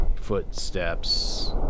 footsteps